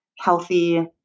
healthy